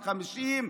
החמישים,